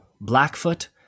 Blackfoot